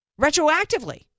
retroactively